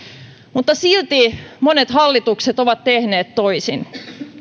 mutta silti monet hallitukset ovat tehneet toisin